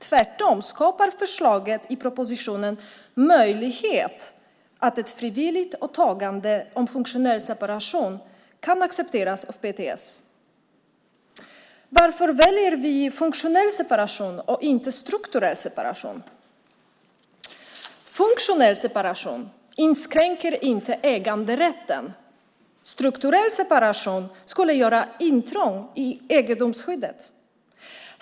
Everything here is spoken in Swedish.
Tvärtom skapar förslaget i propositionen möjlighet till att ett frivilligt åtagande om funktionell separation kan accepteras av PTS. Varför väljer vi funktionell separation och inte strukturell separation? Funktionell separation inskränker inte äganderätten. Strukturell separation skulle göra intrång i egendomsskyddet.